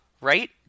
right